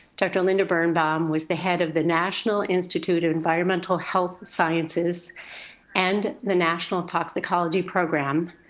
dr. linda birnbaum was the head of the national institute of environmental health sciences and the national toxicology program,